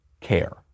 care